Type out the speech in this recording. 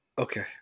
Okay